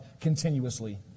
continuously